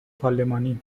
پارلمانی